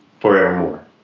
forevermore